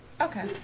Okay